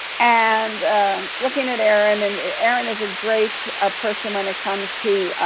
and looking at erin, and erin is a great ah person when it comes to